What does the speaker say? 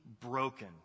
broken